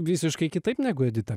visiškai kitaip negu edita